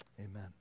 Amen